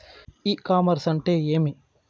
ఇ commerce అంటే ఏమి?